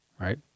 Right